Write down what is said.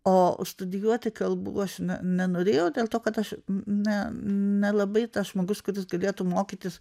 o studijuoti kalbų aš ne nenorėjo dėl to kad aš ne nelabai tas žmogus kuris galėtų mokytis